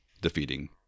defeating